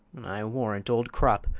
and i warrant old crop,